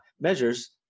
measures